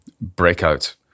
breakout